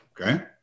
Okay